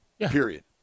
period